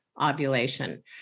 ovulation